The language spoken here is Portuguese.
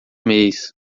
mês